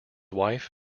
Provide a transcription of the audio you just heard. wife